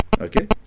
Okay